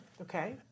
Okay